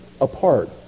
apart